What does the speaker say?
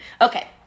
Okay